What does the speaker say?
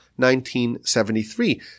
1973